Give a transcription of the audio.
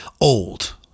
old